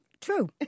True